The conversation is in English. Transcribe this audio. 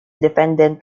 dependent